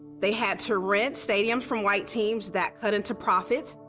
they had to rent stadiums from white teams. that cut into profits.